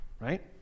right